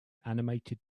animated